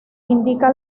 indica